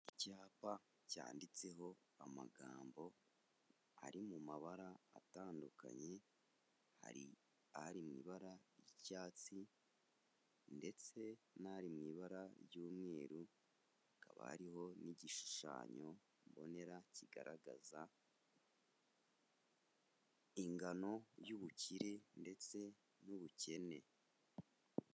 Icyapa cyanditseho amagambo ari mu mabara atandukanye, hari ari mu ibara ry'icyatsi ndetse n'ari mu ibara ry'umweru, hakaba hariho n'igishushanyo mbonera kigaragaza ingano y'ubukire ndetse n'ubukene.